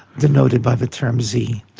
denoted by the term sie.